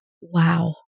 wow